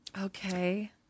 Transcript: Okay